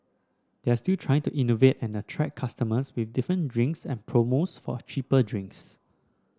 they're still trying to innovate and attract customers with different drinks and promos for cheaper drinks